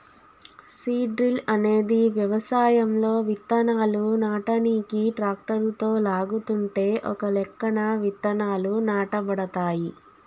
seed drill అనేది వ్యవసాయంలో విత్తనాలు నాటనీకి ట్రాక్టరుతో లాగుతుంటే ఒకలెక్కన విత్తనాలు నాటబడతాయి